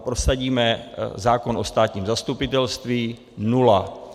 Prosadíme zákon o státním zastupitelství nula.